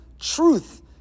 truth